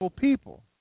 people